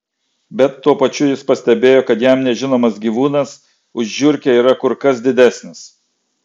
bet tuo pačiu jis pastebėjo kad jam nežinomas gyvūnas už žiurkę yra kur kas didesnis